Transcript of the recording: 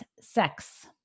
sex